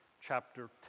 chapter